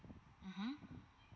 mmhmm